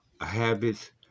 habits